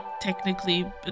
technically